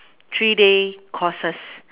three day courses